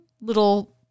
little